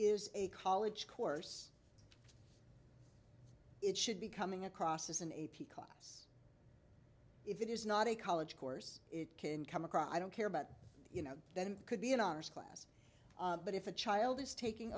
is a college course it should be coming across as an a p class if it is not a college course it can come across i don't care about you know that it could be an honors class but if a child is taking